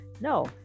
No